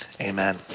Amen